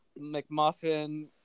McMuffin